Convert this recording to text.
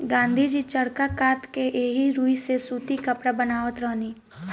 गाँधी जी चरखा कात के एही रुई से सूती कपड़ा बनावत रहनी